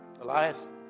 Elias